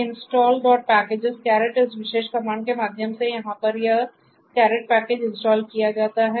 तो installpackages caret इस विशेष कमांड के माध्यम से यहाँ पर यह कैरेट पैकेज इंस्टॉल किया जाता है